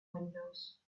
windows